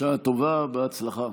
בשעה טובה ובהצלחה.